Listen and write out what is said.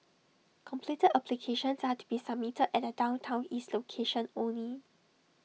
completed applications are to be submitted at the downtown east location only